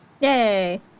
Yay